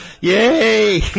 Yay